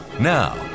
Now